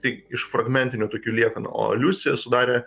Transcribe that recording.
tik iš fragmentinių tokių liekanų o liusi sudarė